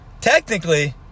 technically